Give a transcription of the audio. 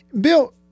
bill